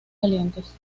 calientes